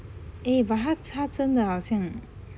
eh but 好他他真的好像